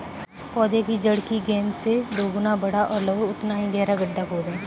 पौधे की जड़ की गेंद से दोगुना बड़ा और लगभग उतना ही गहरा गड्ढा खोदें